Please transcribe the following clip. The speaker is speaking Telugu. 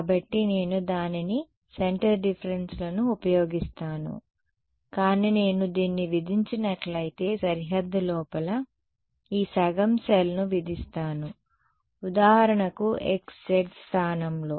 కాబట్టి నేను దానిని సెంటర్ డిఫరెన్స్ లను ఉపయోగిస్తాను కానీ నేను దీన్ని విధించినట్లయితే సరిహద్దు లోపల ఈ సగం సెల్ను విధిస్తాను ఉదాహరణకు x z స్థానంలో